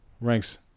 ranks